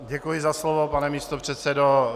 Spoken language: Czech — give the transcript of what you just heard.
Děkuji za slovo, pane místopředsedo.